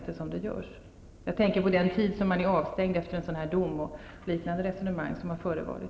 Jag tänker på den tid som man är avstängd efter en dom och liknande resonemang som har förevarit.